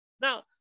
Now